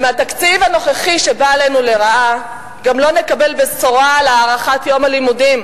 מהתקציב הנוכחי שבא עלינו לרעה גם לא נקבל בשורה על הארכת יום הלימודים,